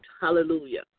Hallelujah